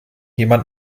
jemand